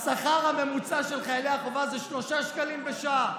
השכר הממוצע של חיילי החובה הוא שלושה שקלים לשעה.